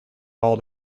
all